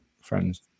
friends